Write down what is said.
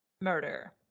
murder